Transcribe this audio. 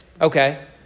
Okay